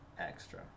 extra